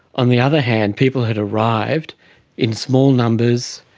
on the other hand, people had arrived in small numbers,